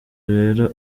rero